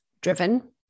driven